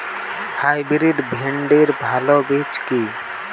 Hybrid ভিন্ডির ভালো বীজ কি?